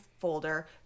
folder